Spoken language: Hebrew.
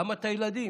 למה את הילדים?